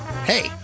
Hey